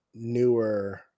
newer